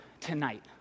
tonight